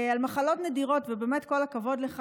על מחלות נדירות, באמת, כל הכבוד לך.